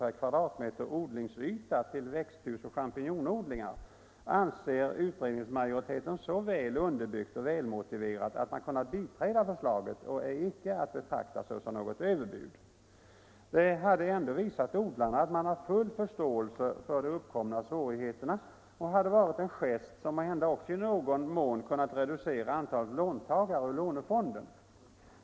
per m' odlingsyta till växthusoch champinjonodlingar, anser utredningsmajoriteten så väl underbyggt och välmotiverat att man kunnat biträda förslaget och det är icke att betrakta såsom något överbud. Det hade ändå visat odlarna att man har full förståelse för de uppkomna svårigheterna och hade varit en gest som måhända också i någon mån kunnat reducera antalet låntagare ur lånefonden.